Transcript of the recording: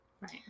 Right